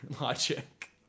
Logic